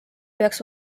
peaks